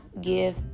give